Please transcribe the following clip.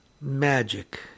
Magic